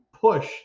push